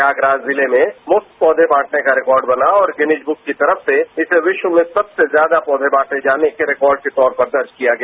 प्रयागराज जिले में मुफ्त पौधे बांटने का रिक ॉर्ड बना और गिनीज बुक की तरफ से इसे विश्व में सबसे ज्यादा पौधे बांटे जाने के रिक ॉर्ड के तौर पर दर्ज किया गया